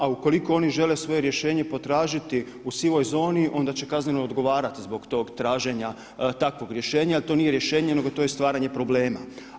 A ukoliko oni žele svoje rješenje potražiti u sivoj zoni onda će kazneno odgovarati zbog tog traženja takvog rješenje jel to nije rješenje, nego je to stvaranje problema.